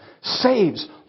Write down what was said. saves